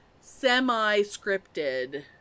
semi-scripted